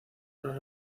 para